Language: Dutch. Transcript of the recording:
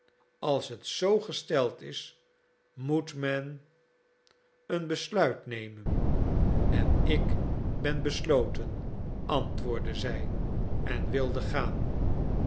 als het zoo gesteld is moet men een besluit nemen en ik ben besloten antwoordde zij en wilde gaan